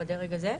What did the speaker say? בדרג הזה,